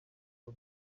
ubu